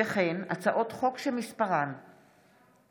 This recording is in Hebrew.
כמו כן הצעות חוק שמספרן 1/23,